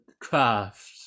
craft